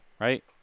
right